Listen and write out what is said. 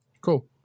Cool